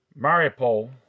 Mariupol